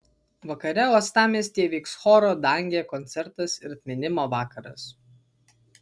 vakare uostamiestyje vyks choro dangė koncertas ir atminimo vakaras